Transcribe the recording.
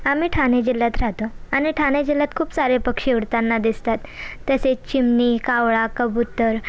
आम्ही ठाणे जिल्ह्यात राहतो आणि ठाणे जिल्ह्यात खूप सारे पक्षी उडतांना दिसतात तसे चिमणी कावळा कबुतर